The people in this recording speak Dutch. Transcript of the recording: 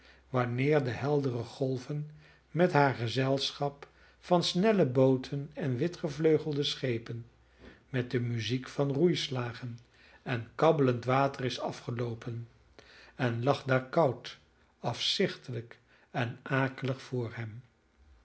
wanneer de heldere golven met haar gezelschap van snelle booten en wit gevleugelde schepen met de muziek van roeislagen en kabbelend water is afgeloopen en lag daar koud afzichtelijk en akelig voor hem